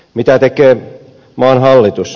mitä tekee maan hallitus